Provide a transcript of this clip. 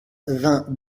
vingt